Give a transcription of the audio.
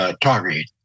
target